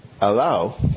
allow